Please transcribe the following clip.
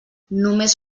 només